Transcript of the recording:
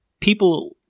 People